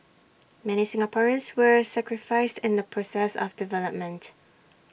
many Singaporeans were sacrificed in the process of development